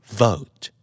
vote